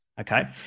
okay